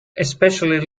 especially